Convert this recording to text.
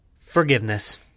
Forgiveness